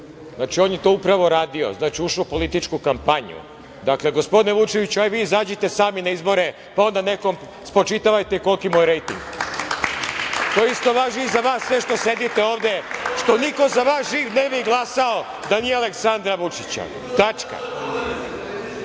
Znači, on je to upravo radio. Znači, ušao u političku kampanju. Dakle, gospodine, Vučeviću, ajde vi izađite sami na izbore, pa onda nekom spočitavajte koliki mu je rejting. To isto važi i za vas svi što sedite ovde, što niko za vas živ ne bi glasao da nije Aleksandra Vučića. Tačka.